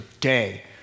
day